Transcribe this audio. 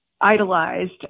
idolized